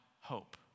hope